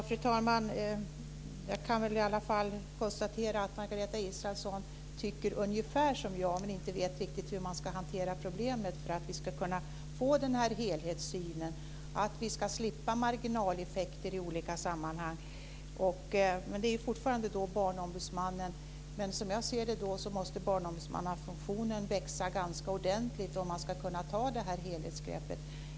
Fru talman! Jag kan konstatera att Margareta Israelsson tycker ungefär som jag men inte riktigt vet hur man ska hantera problemet med svårigheterna att skapa en helhetssyn och att slippa marginaleffekter i olika sammanhang. Som jag ser det måste barnombudsmannaorganisationen växa ganska ordentligt för att kunna ta ett sådant här helhetsgrepp.